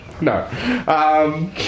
No